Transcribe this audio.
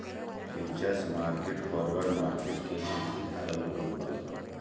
futures market forward market के ही सुधारल रूप हवे